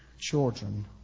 children